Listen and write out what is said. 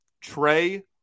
Trey